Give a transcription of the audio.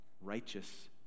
righteous